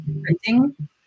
printing